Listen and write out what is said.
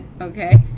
okay